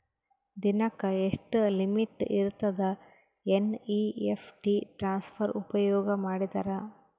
ದಿನಕ್ಕ ಎಷ್ಟ ಲಿಮಿಟ್ ಇರತದ ಎನ್.ಇ.ಎಫ್.ಟಿ ಟ್ರಾನ್ಸಫರ್ ಉಪಯೋಗ ಮಾಡಿದರ?